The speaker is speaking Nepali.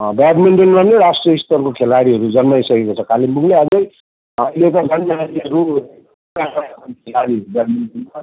ब्याडमिन्टनमा पनि राष्ट्रिय स्तरको खेलाडीहरू जन्माइसकेको छ कालिम्पोङले अझै अहिले त झन् नानीहरू